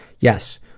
yes,